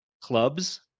clubs